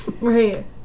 Right